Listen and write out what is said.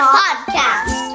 podcast